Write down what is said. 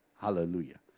Hallelujah